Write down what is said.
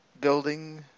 building